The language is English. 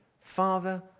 Father